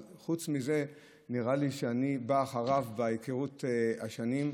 אבל חוץ מממנו נראה לי שאני אחריו בהיכרות ארוכת השנים.